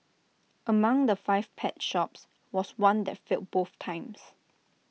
among the five pet shops was one that failed both times